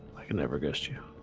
i could never guessed you.